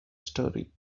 story